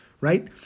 right